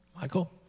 Michael